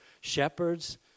shepherds